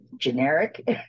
generic